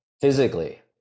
physically